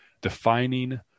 defining